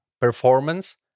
performance